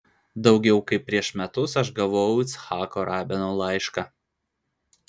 daugiau kaip prieš metus aš gavau icchako rabino laišką